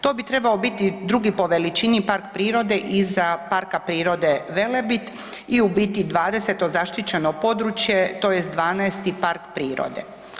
To bi trebao biti 2. po veličini park prirode iza Parka prirode Velebit i u biti 20. zaštićeno područje, tj. 12. park prirode.